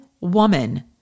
woman